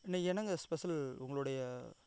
இன்றைக்கி என்னங்க ஸ்பெஷல் உங்களுடைய